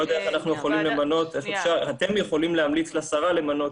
אני לא יודע איך אתם יכולים להמליץ לשרה למנות